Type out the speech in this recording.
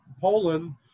Poland